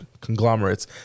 conglomerates